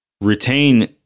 retain